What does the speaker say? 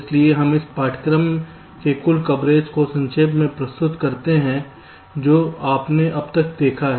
इसलिए हम उस पाठ्यक्रम के कुल कवरेज को संक्षेप में प्रस्तुत करते हैं जो आपने अब तक देखा है